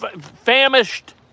famished